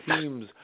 teams